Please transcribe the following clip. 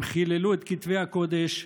הם חיללו את כתבי הקודש,